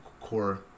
core